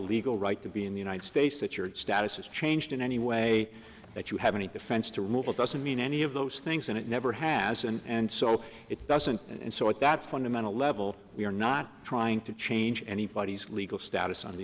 legal right to be in the united states that your status is changed in any way that you have any defense to remove it doesn't mean any of those things and it never has and so it doesn't and so at that fundamental level we're not trying to change anybody's legal status on the